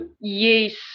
Yes